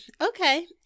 Okay